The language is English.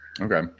Okay